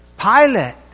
Pilate